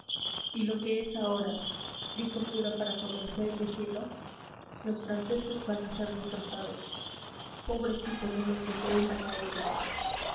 y lo que es ahora dijo el cura para favorecer el deshielo los franceses van a ser destrozados pobrecitos de los que se unan a ellos